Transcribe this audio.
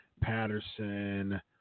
Patterson